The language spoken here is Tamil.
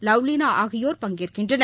லவ்லினாஆகியோர் பங்கேற்கின்றனர்